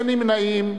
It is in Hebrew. אין נמנעים.